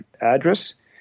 address